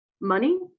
money